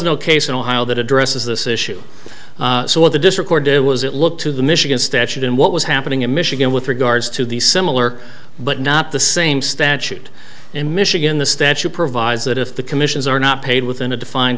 no case in ohio that addresses this issue so what the district where did was it look to the michigan statute and what was happening in michigan with regards to the similar but not the same statute in michigan the statute provides that if the commissions are not paid within